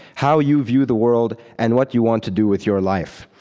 how you view the world, and what you want to do with your life.